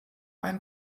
ein